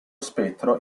spettro